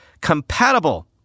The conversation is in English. compatible